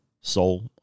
Soul